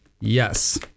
Yes